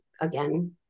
again